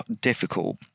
difficult